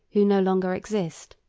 who no longer exist.